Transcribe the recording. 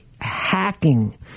hacking